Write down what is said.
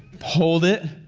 hold it.